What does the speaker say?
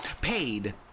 Paid